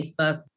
Facebook